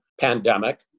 pandemic